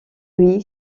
oui